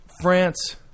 France